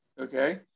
Okay